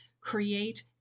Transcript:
create